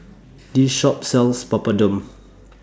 This Shop sells Papadum